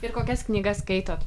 ir kokias knygas skaitot